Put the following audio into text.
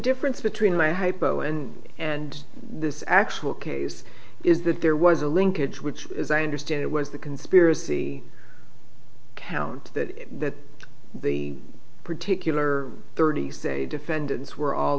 difference between my hypo and and this actual case is that there was a linkage which as i understand it was the conspiracy count that the particular thirty state defendants were all